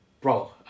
Bro